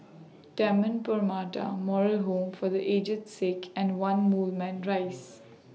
Taman Permata Moral Home For The Aged Sick and one Moulmein Rise